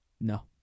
No